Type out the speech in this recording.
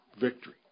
victory